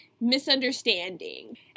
misunderstanding